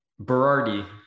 Berardi